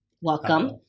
Welcome